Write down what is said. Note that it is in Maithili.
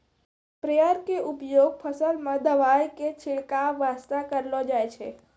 स्प्रेयर के उपयोग फसल मॅ दवाई के छिड़काब वास्तॅ करलो जाय छै